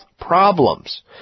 problems